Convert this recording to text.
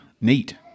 Neat